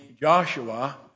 Joshua